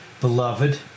Beloved